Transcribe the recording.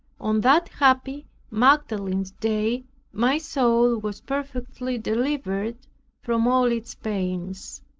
on that happy magdalene's day my soul was perfectly delivered from all its pains.